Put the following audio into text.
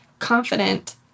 Confident